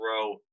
throw